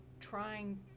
trying